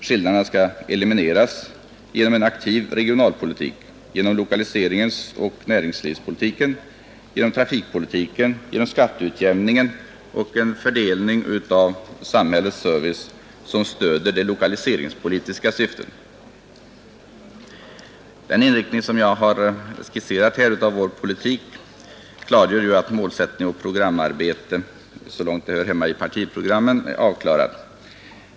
Skillnaderna skall elimineras genom en aktiv regional-, lokaliserings-, näringsoch trafikpolitik samt genom skatteutjämning och en fördelning av samhällets service som stöder det lokaliseringspolitiska syftet. Den inriktning av vår politik som jag här skisserat klargör att målsättning och programarbete är avklarat för vår del.